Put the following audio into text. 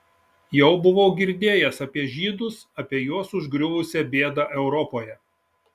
jau buvo girdėjęs apie žydus apie juos užgriuvusią bėdą europoje